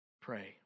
pray